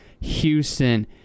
Houston